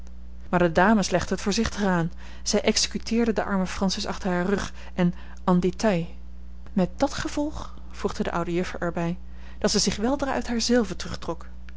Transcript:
maar de dames legden het voorzichtiger aan zij executeerden de arme francis achter haar rug en en détail met dat gevolg voegde de oude juffer er bij dat zij zich weldra uit haar